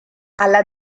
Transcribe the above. alla